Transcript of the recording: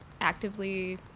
actively